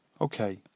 Okay